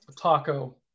taco